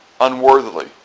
unworthily